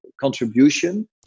contribution